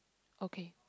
okay